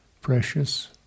precious